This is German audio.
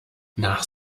nach